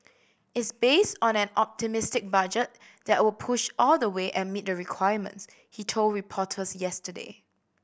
is based on an optimistic budget that will push all the way and meet the requirements he told reporters yesterday